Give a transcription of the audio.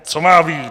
Co má být?